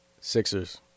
Sixers